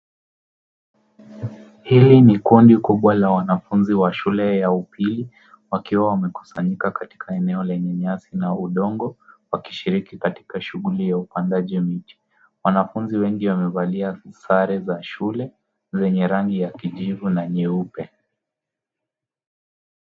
Hii ni kundi kubwa la wanafunzi wa shule ya upili wakiwa wamekusanyika katika eneo lenye nyasi na udongo wakishiriki katika shughuli ya upandaji miti. Wanafunzi wengi wamevalia sare za shule zenye rangi ya kijivu na nyeupe.